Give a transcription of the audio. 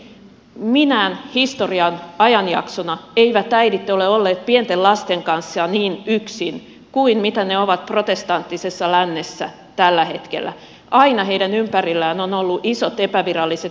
minään historian ajanjaksona eivät äidit ole olleet pienten lasten kanssa niin yksin kuin he ovat protestanttisessa lännessä tällä hetkellä aina heidän ympärillään ovat olleet isot epäviralliset verkostot